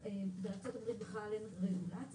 בארצות הברית בכלל אין רגולציה,